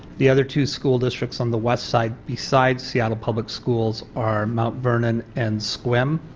the other two school districts on the west side beside seattle public schools are mount vernon, and sequim.